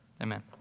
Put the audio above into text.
Amen